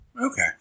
Okay